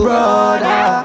Brother